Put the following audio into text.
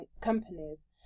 companies